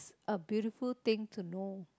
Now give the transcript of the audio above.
a beautiful thing to know